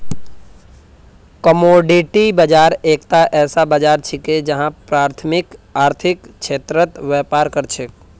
commodity बाजार एकता ऐसा बाजार छिके जे प्राथमिक आर्थिक क्षेत्रत व्यापार कर छेक